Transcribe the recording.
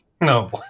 No